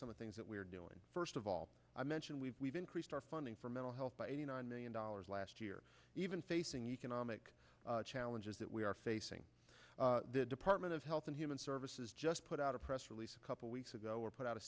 some of things that we're doing first of all i mentioned we've we've increased our funding for mental health by eighty nine million dollars last year even facing economic challenges that we are facing the department of health and human services just put out a press release a couple weeks ago or put out a